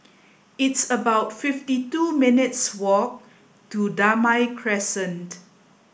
it's about fifty two minutes' walk to Damai Crescent